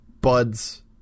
buds